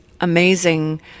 amazing